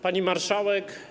Pani Marszałek!